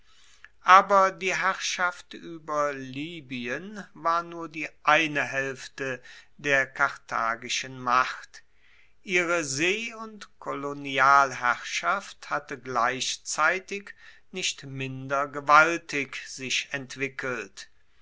aber die herrschaft ueber libyen war nur die eine haelfte der karthagischen macht ihre see und kolonialherrschaft hatte gleichzeitig nicht minder gewaltig sich entwickelt